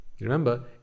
Remember